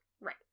Right